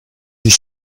sich